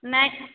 ନାଇଁ